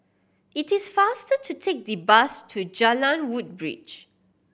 it is faster to take the bus to Jalan Woodbridge